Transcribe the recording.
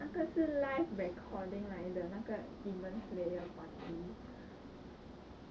那个可是 live recording 来的那个 demons slayer party